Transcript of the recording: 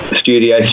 studio